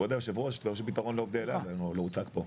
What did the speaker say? כבוד היו"ר, פתרון לעובדי אל על לא הוצג פה.